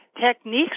techniques